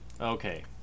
okay